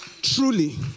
Truly